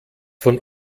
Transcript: von